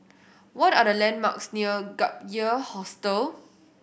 what are the landmarks near Gap Year Hostel